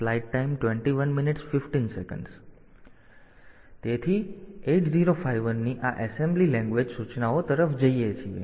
તેથી 8051 ની આ એસેમ્બલી લેંગ્વેજ સૂચનાઓ તરફ જઈએ છીએ